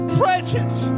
presence